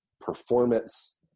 performance